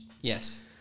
Yes